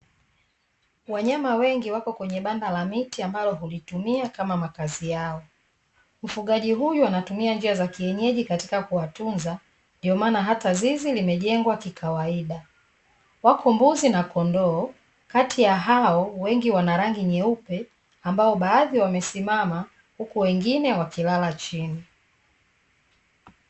Wanyama wengi wako kwenye banda la miti ambalo hulitumia kama makazi yao, mfugaji huyu anatumia njia za kienyeji katika kuwatunza ndio maana hata zizi limejengwa kikawaida, wako mbuzi na kondoo kati ya hao wengi wanarangi nyeupe ambao baadhi wamesimama huku wengine wakilala chini.